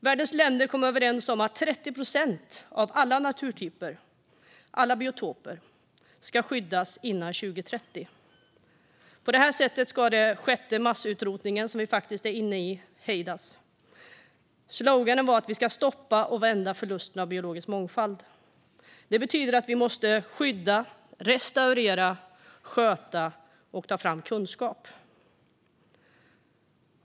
Världens länder kom överens om att 30 procent av alla naturtyper, biotoper, ska skyddas innan 2030. På det sättet ska den sjätte massutrotningen, som vi faktiskt är inne i, hejdas. Sloganen var att vi ska stoppa och vända förlusten av biologisk mångfald. Det betyder att vi måste skydda, restaurera och sköta om naturen och ta fram kunskap.